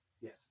yes